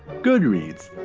goodreads,